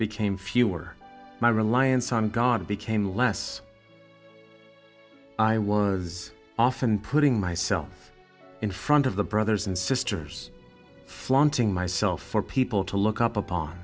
became fewer my reliance on god became less i was often putting myself in front of the brothers and sisters flaunting myself for people to look up upon